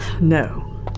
No